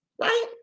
right